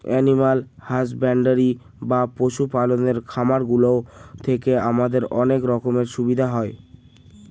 animal husbandry বা পশু পালনের খামার গুলো থেকে আমাদের অনেক রকমের সুবিধা হয়